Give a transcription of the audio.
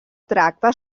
tracta